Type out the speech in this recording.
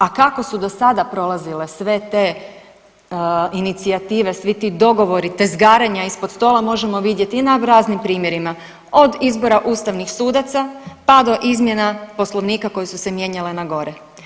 A kako su do sada prolazile sve te inicijative, svi ti dogovori, tezgarenja ispod stola možemo vidjeti i na raznim primjerima od izbora ustavnih sudaca, pa do izmjena Poslovnika koje su se mijenjale na gore.